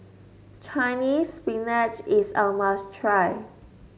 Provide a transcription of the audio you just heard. Chinese Spinach is a must try